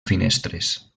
finestres